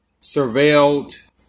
surveilled